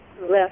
left